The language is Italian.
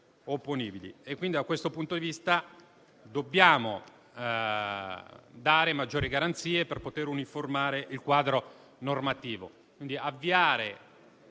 opponibili. Da questo punto di vista, dobbiamo dare maggiori garanzie per poter uniformare il quadro normativo.